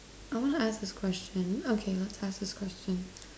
I want to ask this question okay let's have this question